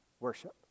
worship